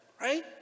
Right